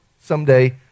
someday